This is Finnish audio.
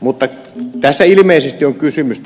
mutta tässä laissa ilmeisesti on kysymys